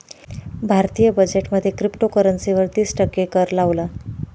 भारतीय बजेट मध्ये क्रिप्टोकरंसी वर तिस टक्के कर लावला